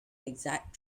exact